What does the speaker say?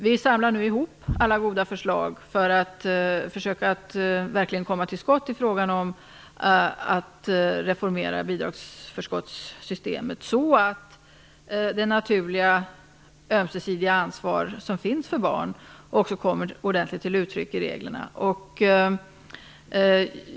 Vi samlar nu ihop alla goda förslag för att verkligen komma till skott med att reformera bidragsförskottssystemet, så att det naturliga ömsesidiga ansvaret för barn ordentligt kommer till uttryck i reglerna.